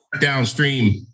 downstream